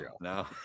no